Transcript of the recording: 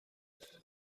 building